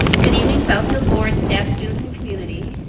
good evening, southfield board, staff, students, and community.